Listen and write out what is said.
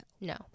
no